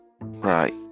Right